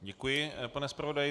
Děkuji, pane zpravodaji.